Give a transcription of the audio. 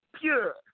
pure